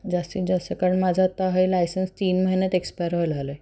जास्तीत जास्त कारण माझं आता हे लायसन्स तीन महिन्यात एक्सपायर व्हायला आलं आहे